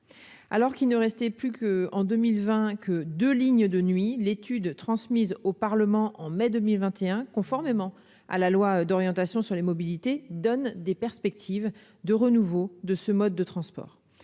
alors qu'il ne restait plus qu'en 2020 que 2 lignes de nuit l'étude transmise au Parlement en mai 2021 conformément à la loi d'orientation sur les mobilités donne des perspectives de renouveau de ce mode de transport